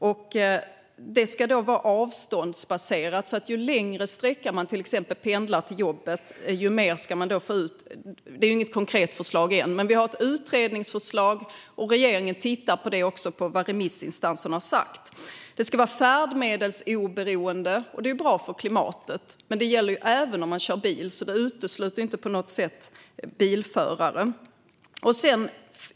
Avdraget ska vara avståndsbaserat så att man får ut mer ju längre sträcka man till exempel pendlar till jobbet. Detta är inget konkret förslag ännu, men vi har ett utredningsförslag. Regeringen tittar på vad remissinstanserna har sagt. Avdraget ska vara färdmedelsoberoende, vilket är bra för klimatet, men det gäller även om man kör bil. Det utesluter alltså inte på något sätt bilförare.